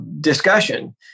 discussion